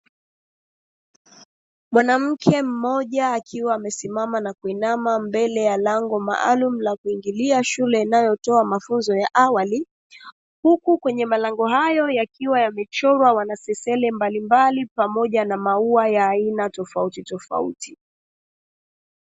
Mwanamke mmoja akiwa amesimama na kuinama mbele ya lango maalumu la kuingilia shule inayotoa mafunzo ya awali, huku kwenye malango hayo yakiwa yamechorwa wanasesele mbalimbali pamoja na maua ya aina tofautitofauti.